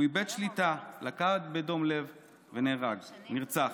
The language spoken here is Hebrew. הוא איבד שליטה, לקה בדום לב ונהרג נרצח.